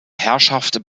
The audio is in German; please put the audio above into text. herrschaft